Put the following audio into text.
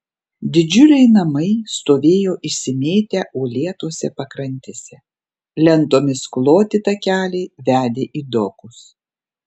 didžiuliai namai stovėjo išsimėtę uolėtose pakrantėse lentomis kloti takeliai vedė į dokus